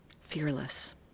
fearless